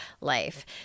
life